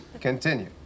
Continue